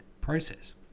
process